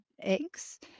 eggs